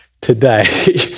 today